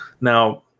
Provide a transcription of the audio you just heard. Now